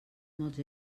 molts